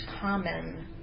common